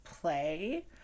play